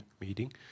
meeting